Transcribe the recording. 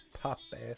pop-ass